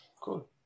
Cool